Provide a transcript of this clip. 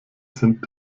sind